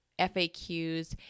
FAQs